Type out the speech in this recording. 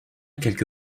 quelque